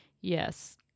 Yes